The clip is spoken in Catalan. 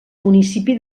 municipi